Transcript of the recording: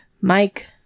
Mike